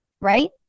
right